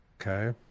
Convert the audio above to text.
Okay